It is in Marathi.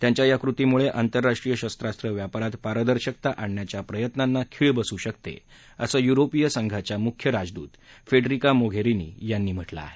त्यांच्या या कृतीमुळे आंतरराष्ट्रीय शस्त्रास्त्र व्यापारात पारदर्शकता आणण्याच्या प्रयत्नांना खीळ बसू शकते असं युरोपीय संघाच्या मुख्य राजदूत फेडरिका मोघेरिनी यांनी म्हटलं आहे